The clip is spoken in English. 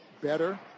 better